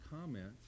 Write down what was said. comments